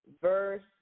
verse